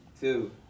two